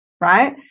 Right